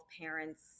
parents